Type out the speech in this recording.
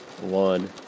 one